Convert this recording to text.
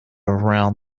round